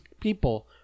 people